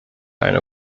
eine